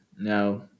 No